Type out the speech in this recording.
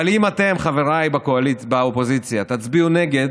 אבל אם אתם, חבריי באופוזיציה, תצביעו נגד,